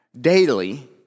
daily